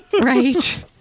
Right